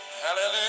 Hallelujah